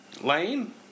Lane